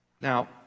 Now